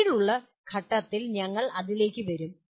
പിന്നീടുള്ള ഘട്ടത്തിൽ ഞങ്ങൾ അതിലേക്ക് വരും